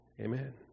Amen